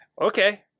Okay